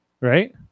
right